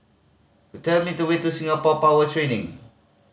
tell me the way to Singapore Power Training